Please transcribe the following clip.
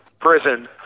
prison